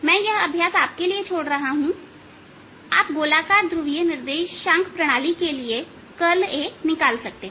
मैं यह अभ्यास आपके लिए छोड़ रहा हूंआप गोलाकार ध्रुवीय निर्देशांक प्रणाली के लिए कर्ल A निकाल सकते हैं